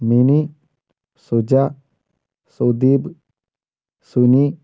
mini Suja Sudheep Suni